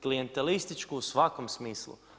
Klijentelističku u svakom smislu.